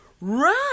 Run